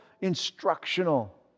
instructional